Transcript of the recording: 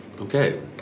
Okay